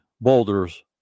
boulders